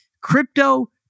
crypto